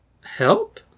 Help